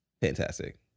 fantastic